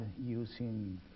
using